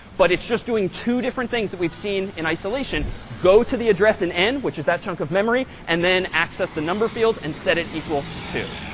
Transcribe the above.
but it's just doing two different things that we've seen in isolation. go to the address in n, which is that chunk of memory. and then access the number field and set it equal to two.